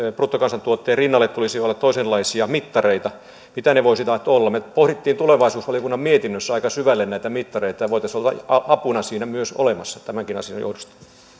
bruttokansantuotteen rinnalla tulisi olla toisenlaisia mittareita mitä ne voisivat olla me pohdimme tulevaisuusvaliokunnan mietinnössä aika syvälle näitä mittareita ja voisimme olla myös apuna siinä tämänkin asian johdosta